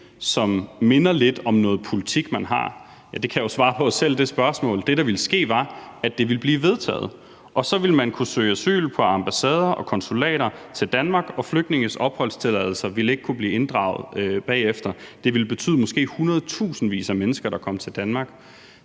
der minder lidt om noget politik, man har? Det spørgsmål kan jeg jo svare på selv. Det, der ville ske, var, at det ville blive vedtaget, og så ville man kunne søge asyl på ambassader og konsulater til Danmark, og flygtninges opholdstilladelser ville ikke kunne blive inddraget bagefter. Det ville måske betyde, at hundredtusindvis af mennesker kom til Danmark.